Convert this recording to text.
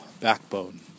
backbone